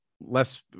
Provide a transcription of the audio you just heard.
less